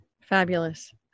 Fabulous